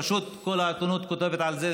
פשוט כל העיתונות כותבת על זה,